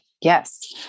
Yes